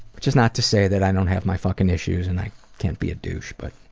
which is not to say that i don't have my fucking issues and i can't be a douche, but,